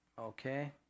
okay